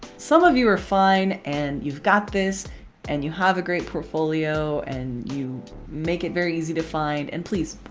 some of you are fine and you've got this and you have a great portfolio and you make it very easy to find. and please